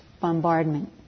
bombardment